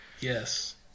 Yes